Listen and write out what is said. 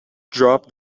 drop